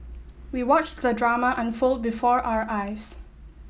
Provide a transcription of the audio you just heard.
we watched the drama unfold before our eyes